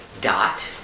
Dot